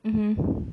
mmhmm